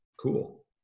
cool